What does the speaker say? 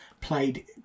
played